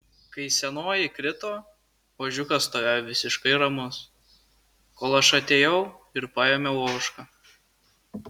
kai senoji krito ožiukas stovėjo visiškai ramus kol aš atėjau ir paėmiau ožką